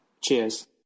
Cheers